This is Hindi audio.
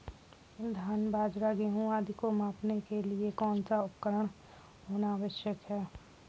धान बाजरा गेहूँ आदि को मापने के लिए कौन सा उपकरण होना आवश्यक है?